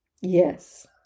Yes